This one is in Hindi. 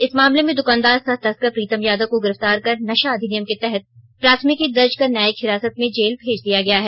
इस मामले में दुकानदार सह तस्कर प्रीतम यादव को गिरफ्तार कर नशा अधिनियम के तहत प्राथमिकी दर्ज कर न्यायिक हिरासत में जेल भेजा दिया गया है